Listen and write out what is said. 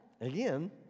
Again